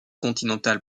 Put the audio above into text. continentale